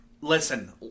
Listen